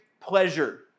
pleasure